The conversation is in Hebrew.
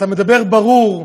אתה מדבר ברור,